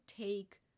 take